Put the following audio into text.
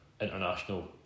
international